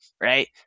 right